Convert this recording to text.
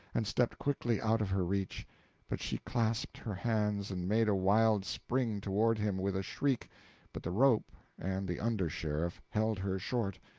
and stepped quickly out of her reach but she clasped her hands, and made a wild spring toward him, with a shriek but the rope and the under-sheriff held her short.